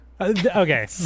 okay